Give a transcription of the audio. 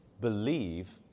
Believe